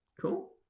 cool